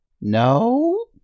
No